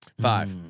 Five